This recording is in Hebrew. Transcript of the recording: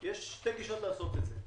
יש שתי גישות לעשות את זה.